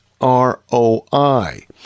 ROI